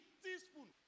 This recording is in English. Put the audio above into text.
teaspoon